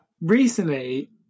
recently